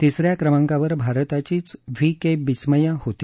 तिस या क्रमांकावर भारताचीच व्ही के बिस्मया होती